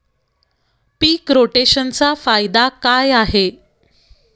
पीक रोटेशनचा फायदा काय आहे?